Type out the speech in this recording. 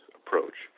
approach